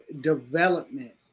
development